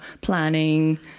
planning